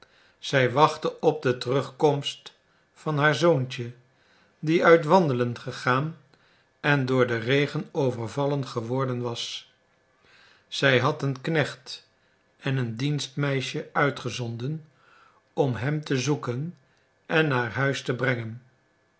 zij wachtte op de terugkomst van haar zoontje die uit wandelen gegaan en door den regen overvallen geworden was zij had een knecht en een dienstmeisje uitgezonden om hem te zoeken en naar huis te brengen